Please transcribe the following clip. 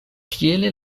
tiele